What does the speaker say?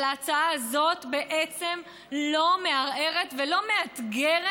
אבל ההצעה הזאת בעצם לא מערערת ולא מאתגרת,